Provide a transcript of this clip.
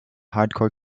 hardcore